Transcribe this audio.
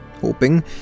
hoping